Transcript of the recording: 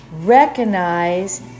recognize